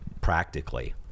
practically